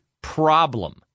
problem